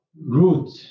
root